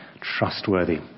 trustworthy